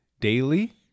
daily